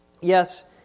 Yes